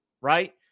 right